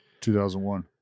2001